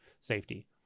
safety